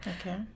Okay